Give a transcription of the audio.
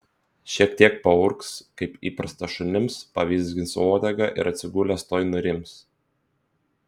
šiek tiek paurgs kaip įprasta šunims pavizgins uodega ir atsigulęs tuoj nurims